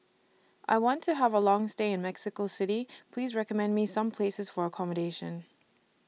I want to Have A Long stay in Mexico City Please recommend Me Some Places For accommodation